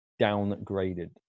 downgraded